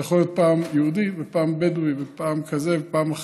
זה יכול להיות פעם יהודי ופעם בדואי ופעם כזה ופעם אחר.